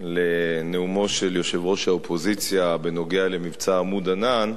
לנאומו של יושב-ראש האופוזיציה בנוגע למבצע "עמוד ענן"